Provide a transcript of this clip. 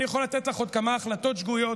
אני יכול לתת לך עוד כמה החלטות שגויות,